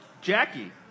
Jackie